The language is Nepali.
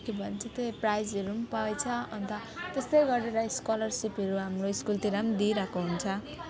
के भन्छ त्यो प्राइजहरू पनि पाएछ अन्त त्यस्तै गरेर स्कोलरसिपहरू हाम्रो स्कुलतिर पनि दिइरहेको हुन्छ